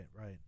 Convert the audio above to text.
right